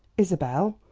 isabel,